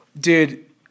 Dude